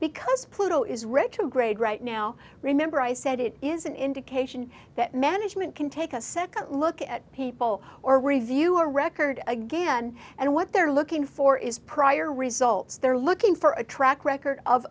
because pluto is retrograde right now remember i said it is an indication that management can take a second look at people or review a record again and what they're looking for is prior results they're looking for a track record of